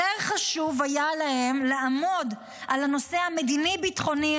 היה להם יותר חשוב לעמוד על הנושא המדיני-ביטחוני,